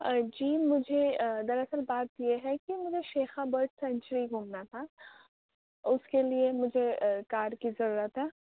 آ جی مجھے دراصل بات یہ ہے کہ مجھے شیخا برڈ سنچری گھومنا تھا اُس کے لیے مجھے کار کی ضرورت ہے